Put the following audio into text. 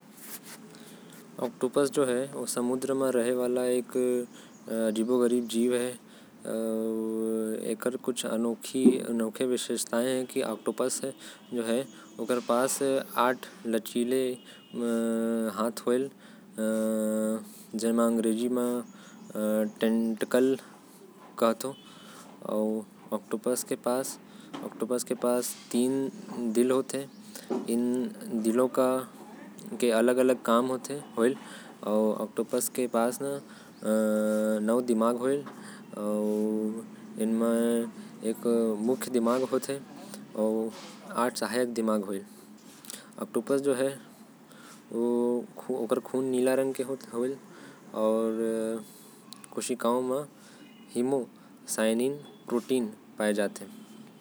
ऑक्टोपस समुन्द्र में रहे वाला जीव हवे। जेकर कुछ विशेषता हवे। ओकर पास लचीले हाथ होथे। ऑक्टोपस के पास टो दिल होथे। ऑक्टोपस के पास टो दिमाग होथे। ओकर खून के रंग नीला होथे।